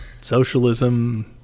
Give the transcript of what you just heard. Socialism